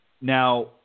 Now